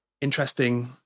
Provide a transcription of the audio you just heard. interesting